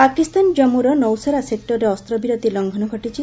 ପାକିସ୍ତାନ ଜାଞ୍ଜୁର ନୌଶେରା ସେକୂରରେ ଅସ୍ତ୍ରବିରତି ଲ୍ଟଘନ କରିଛି